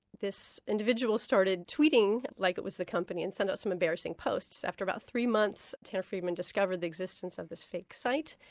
this individual started tweeting like it was the company, and sent out some embarrassing posts. after about three months tanner friedman discovered the existence of this fake site,